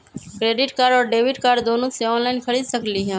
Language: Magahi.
क्रेडिट कार्ड और डेबिट कार्ड दोनों से ऑनलाइन खरीद सकली ह?